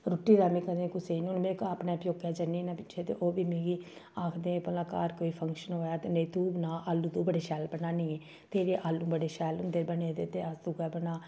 रुट्टी दा में कदें कुसै गी निं हून में अपने प्योकै जन्नी ना पिच्छे ते ओ बी मिगी आखदे भला घर कोई फंक्शन होऐ ते नेईं तूं बनांऽ आलू तू बड़े शैल बनानी ऐं तेरे आलू बड़े शैल होंदे बने दे ते तू गै बना